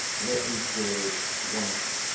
let me say once,